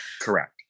Correct